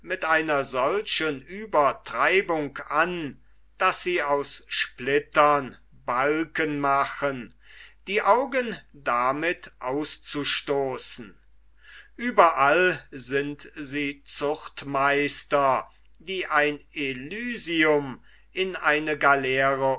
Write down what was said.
mit einer solchen uebertreibung an daß sie aus splittern balken machen die augen damit auszustoßen ueberall sind sie zuchtmeister die ein elysium in eine galeere